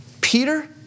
Peter